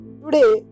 Today